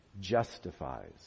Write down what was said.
justifies